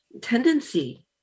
tendency